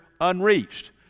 unreached